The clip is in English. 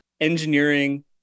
engineering